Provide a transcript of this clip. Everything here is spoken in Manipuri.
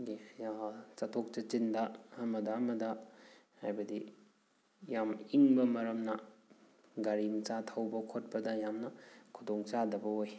ꯒꯤ ꯆꯠꯊꯣꯛ ꯆꯠꯁꯤꯟꯗ ꯑꯃꯗ ꯑꯃꯗ ꯍꯥꯏꯕꯗꯤ ꯌꯥꯝ ꯏꯪꯕ ꯃꯔꯝꯅ ꯒꯥꯔꯤ ꯃꯆꯥ ꯊꯧꯕ ꯈꯣꯠꯄꯗ ꯌꯥꯝꯅ ꯈꯨꯗꯣꯡꯆꯥꯗꯕ ꯑꯣꯏ